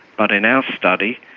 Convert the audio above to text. but in our study,